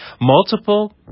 multiple